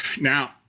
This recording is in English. Now